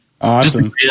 Awesome